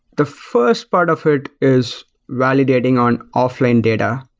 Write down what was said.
the first part of it is validating on offline data,